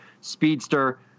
Speedster